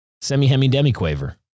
Semi-hemi-demi-quaver